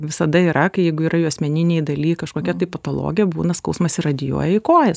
visada yra kai jeigu yra juosmeninėj daly kažkokia patologija būna skausmas įradijuoja į kojas